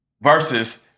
Versus